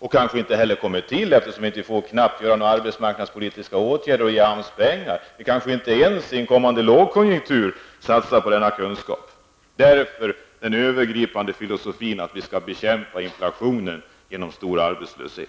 Det kanske inte heller blir någon förbättring eftersom det knappast vidtas några arbetsmarknadspolitiska åtgärder och AMS tilldelas inte några anslag. Det kanske inte ens i en kommande lågkonjunktur satsas på denna kunskap. Därav den övergripande filosofin att vi skall bekämpa inflationen med hjälp av stor arbetslöshet.